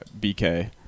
BK